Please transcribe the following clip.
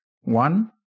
One